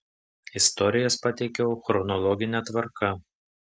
istorijas pateikiau chronologine tvarka